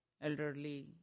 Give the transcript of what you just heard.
elderly